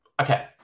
Okay